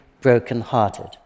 brokenhearted